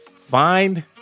Find